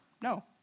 No